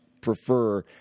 prefer